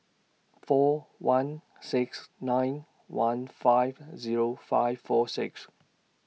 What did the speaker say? four one six nine one five Zero five four six